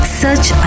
search